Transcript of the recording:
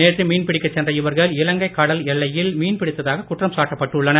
நேற்று மீன்பிடிக்கச் சென்ற இவர்கள் இலங்கை கடல் எல்லையில் மீன்பிடித்ததாக குற்றம் சாட்டப்பட்டுள்ளனர்